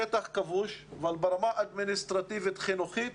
שטח כבוש אבל ברמה אדמיניסטרטיבית חינוכית